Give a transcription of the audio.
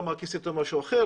למה כיסיתם משהו אחר?